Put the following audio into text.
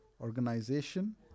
organization